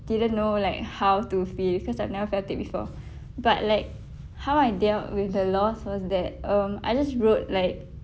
didn't know like how to feel cause I've never felt it before but like how I dealt with the loss was that um I just wrote like